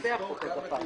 לחוק מוארכת בזה,